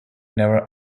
never